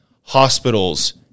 Hospitals